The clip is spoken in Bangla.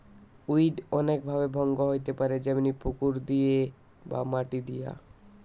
উইড অনেক ভাবে ভঙ্গ হইতে পারে যেমনি পুকুর দিয়ে বা মাটি দিয়া